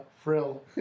Frill